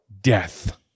death